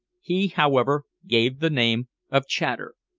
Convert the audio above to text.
he, however, gave the name of chater.